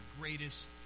greatest